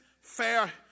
Fair